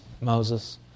Moses